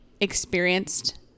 experienced